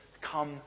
Come